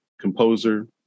composer